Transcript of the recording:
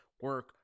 Work